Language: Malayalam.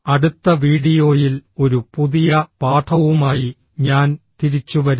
അടുത്ത വീഡിയോയിൽ ഒരു പുതിയ പാഠവുമായി ഞാൻ തിരിച്ചുവരും